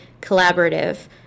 collaborative